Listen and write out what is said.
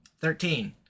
Thirteen